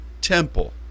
temple